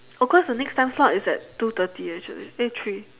oh cause the next time slot is at two thirty actually eh three